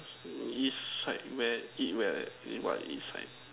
east side where eat where what east side